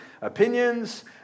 opinions